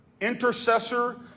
intercessor